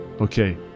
Okay